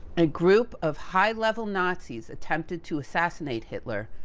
a group of high level nazis attempted to assassinate hitler,